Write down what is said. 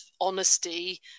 honesty